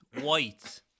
White